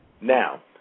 Now